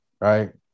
right